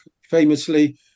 famously